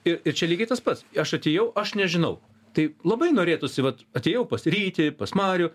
ir ir čia lygiai tas pats aš atėjau aš nežinau tai labai norėtųsi vat atėjau pas rytį pas marių